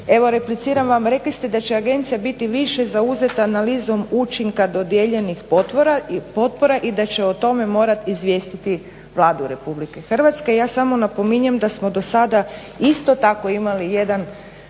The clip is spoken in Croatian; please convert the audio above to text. evo repliciram vam. Rekli ste da će agencija biti više zauzeta analizom učinka dodijeljenih potpora i da će o tome morati izvijestiti Vladu RH. Ja samo napominjem da smo do sada isto tako imali jedan